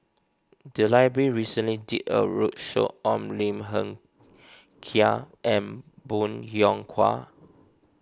the library recently did a roadshow on Lim Hng Kiang and Bong Hiong Hwa